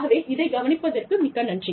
ஆகவே இதை கவனிப்பதற்கு மிக்க நன்றி